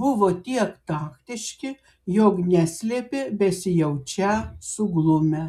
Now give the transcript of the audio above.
buvo tiek taktiški jog neslėpė besijaučią suglumę